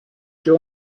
your